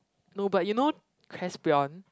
no but you know